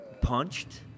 punched